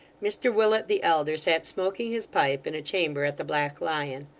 mr willet the elder sat smoking his pipe in a chamber at the black lion.